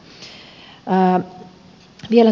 arvoisa puhemies